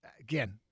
again